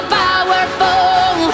powerful